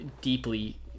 deeply